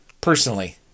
personally